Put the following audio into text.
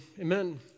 Amen